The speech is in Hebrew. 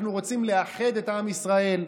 אנחנו רוצים לאחד את עם ישראל.